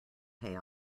pay